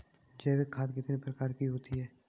जैविक खाद कितने प्रकार की होती हैं?